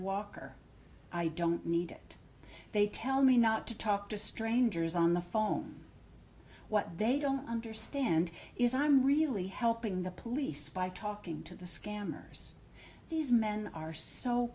walker i don't need it they tell me not to talk to strangers on the phone what they don't understand is i'm really helping the police by talking to the scammers these men are so